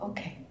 Okay